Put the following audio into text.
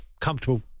comfortable